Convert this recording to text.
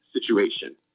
situation